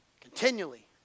Continually